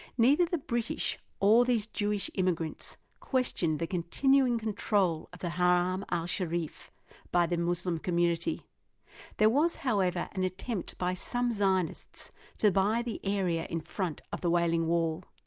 neither the british nor these jewish immigrants question the continuing control of the harm al-sharif by the muslim community there was however an attempt by some zionists to buy the area in front of the wailing wall.